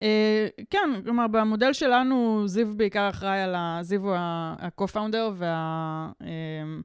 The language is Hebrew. כן, כלומר, במודל שלנו זיו בעיקר אחראי, זיו ה-co-founder וה...